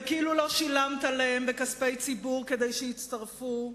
וכאילו לא שילמת להם בכספי ציבור כדי שיצטרפו,